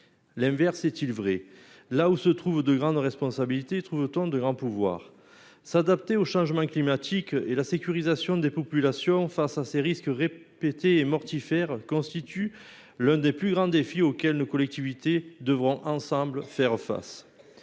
L'inverse est-il vrai ? Là où se trouvent de grandes responsabilités, trouve-t-on de grands pouvoirs ? L'adaptation au changement climatique et la sécurisation des populations face à ces risques répétés et mortifères constituent l'un des plus grands défis auxquels nos collectivités devront faire face